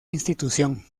institución